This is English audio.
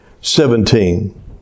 Seventeen